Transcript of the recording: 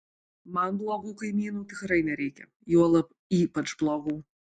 man blogų kaimynų tikrai nereikia juolab ypač blogų